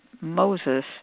Moses